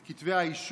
את כתבי האישום,